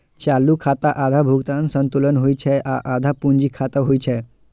चालू खाता आधा भुगतान संतुलन होइ छै आ आधा पूंजी खाता होइ छै